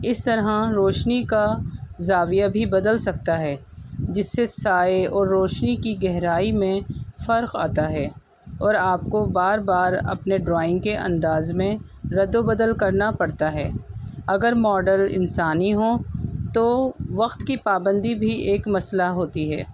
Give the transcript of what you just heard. اس طرح روشنی کا زاویہ بھی بدل سکتا ہے جس سے سائے اور روشنی کی گہرائی میں فرق آتا ہے اور آپ کو بار بار اپنے ڈرائنگ کے انداز میں رد و بدل کرنا پڑتا ہے اگر ماڈل انسانی ہوں تو وقت کی پابندی بھی ایک مسئلہ ہوتی ہے